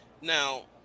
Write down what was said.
now